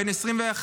בן 21,